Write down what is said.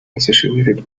associated